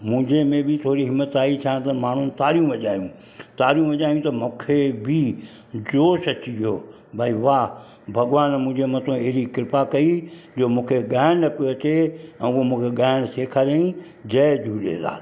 मुंहिंजे में बि थोरी हिमत आई छा त माण्हू तारियूं वजायनि तारियूं वजायूं त मूंखे बि जोश अची वियो भई वाह भॻवान मुंहिंजे मथां अहिड़ी कृपा कई जो मूंखे ॻायण न पियो अचे ऐं मूंखे ॻायण सेखारई जय झूलेलाल